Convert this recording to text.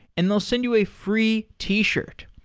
and they'll send you a free t-shirt.